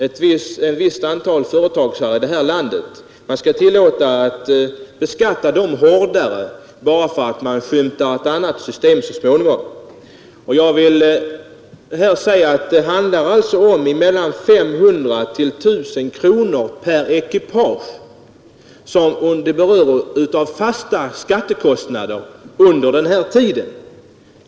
Man beskattar ett visst antal företag hårdare bara därför att man skymtar ett annat system så småningom. Det handlar om mellan 500 och 1000 kronor per ekipage i fasta skattekostnader under den här tiden.